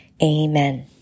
amen